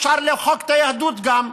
אפשר למחוק את היהדות גם,